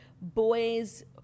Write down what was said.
boys